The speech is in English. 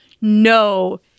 no